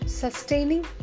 Sustaining